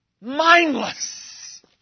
mindless